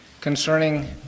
concerning